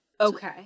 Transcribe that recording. Okay